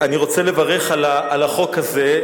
אני רוצה לברך על החוק הזה,